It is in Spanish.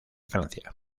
francia